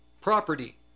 property